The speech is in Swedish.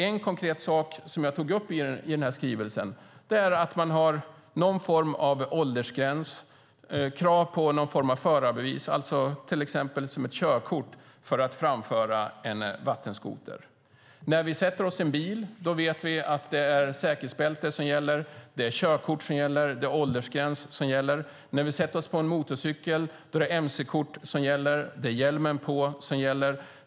En konkret sak som jag tog upp är att man har någon form av åldersgräns, krav på någon form av förarbevis, till exempel ett körkort, för att framföra en vattenskoter. När vi sätter oss i en bil vet vi att det är säkerhetsbälte, körkort och åldersgräns som gäller. När vi sätter oss på en motorcykel är det mc-kort och hjälm som gäller.